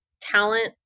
talent